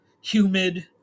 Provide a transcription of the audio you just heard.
humid